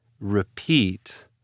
repeat